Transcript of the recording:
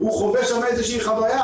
הוא חווה שם איזושהי חוויה,